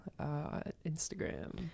Instagram